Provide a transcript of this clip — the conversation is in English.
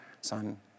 Son